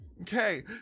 Okay